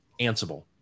Ansible